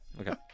Okay